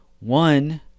One